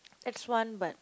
X one but